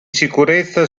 sicurezza